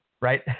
right